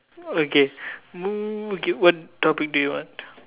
okay hmm okay what topic do you want